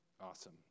Awesome